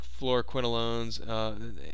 fluoroquinolones